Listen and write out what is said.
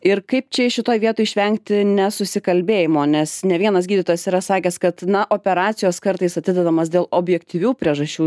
ir kaip čia šitoj vietoj išvengti nesusikalbėjimo nes ne vienas gydytojas yra sakęs kad na operacijos kartais atidedamos dėl objektyvių priežasčių